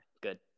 good